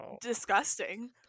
disgusting